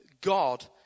God